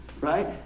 Right